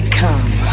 come